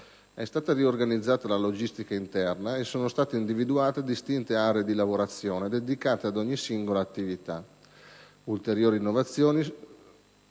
È stata riorganizzata la logistica interna e sono state individuate distinte aree di lavorazione, dedicate ad ogni singola attività. Ulteriori innovazioni